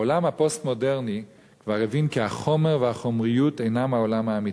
העולם הפוסט-מודרני כבר הבין כי החומר והחומריות אינם העולם האמיתי.